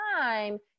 time